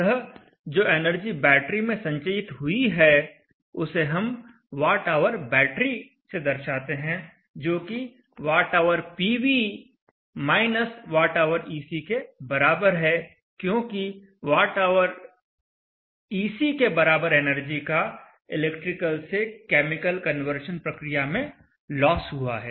अतः जो energy battery में संचयित हुई है उसे हम Whbat वॉटऑवर बैटरी से दर्शाते हैं जोकि WhPV Whec के बराबर है क्योंकि Whec के बराबर एनर्जी का इलेक्ट्रिकल से केमिकल कन्वर्शन प्रक्रिया में लॉस हुआ है